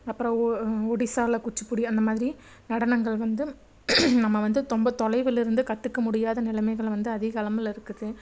அப்புறம் ஒடிசாவில் குச்சிப்பிடி அந்த மாதிரி நடனங்கள் வந்து நம்ம வந்து ரொம்ப தொலைவுலிருந்து கத்துக்க முடியாத நிலைமைகள் வந்து அதிகளவில் இருக்குது